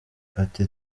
ati